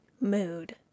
Mood